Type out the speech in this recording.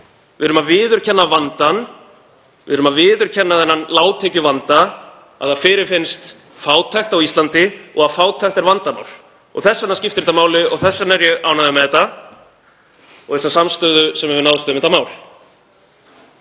Við erum að viðurkenna vandann, við erum að viðurkenna þennan lágtekjuvanda, að það fyrirfinnst fátækt á Íslandi og að fátækt er vandamál. Þess vegna skiptir það máli og þess vegna er ég ánægður með þetta og þá samstöðu sem náðst hefur um þetta mál.